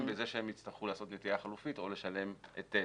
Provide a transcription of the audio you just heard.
בזה שהם יצטרכו לעשות נטיעה חלופית או לשלם היטל.